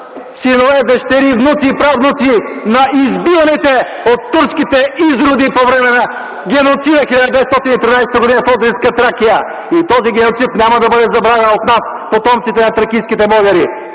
синове, дъщери, внуци и правнуци на избиваните от турските изроди по време на геноцида – 1913 г. в Одринска Тракия, и този геноцид няма да бъде забравен от нас, потомците на тракийските българи.